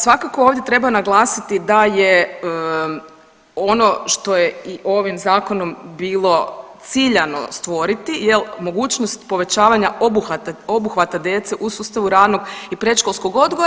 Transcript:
Svakako ovdje treba naglasiti da je ono što je i ovim zakonom bilo ciljano stvoriti, je mogućnost povećavanja obuhvata djece u sustavu ranog i predškolskog odgoja.